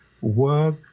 work